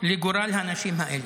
לגורל האנשים האלה,